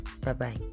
Bye-bye